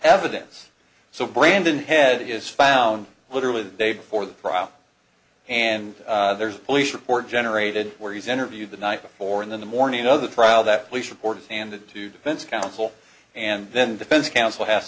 evidence so brandon head is found literally the day before the trial and there's a police report generated where he's interviewed the night before and then the morning of the trial that police report is handed to defense counsel and then defense counsel as